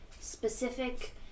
Specific